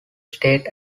state